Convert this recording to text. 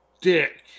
Dick